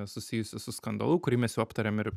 susijusi su skandalu kurį mes jau aptarėm ir